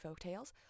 Folktales